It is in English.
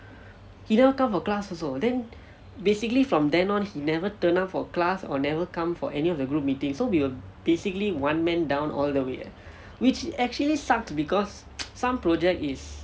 he never turn up for class also then basically from then on he never turn up for class or never come for any of the group meeting so we were basically one man down all the way eh which actually sucks because some project is